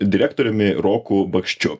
direktoriumi roku bakščiu